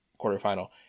quarterfinal